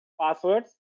passwords